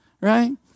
right